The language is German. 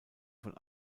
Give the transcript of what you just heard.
von